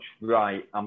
right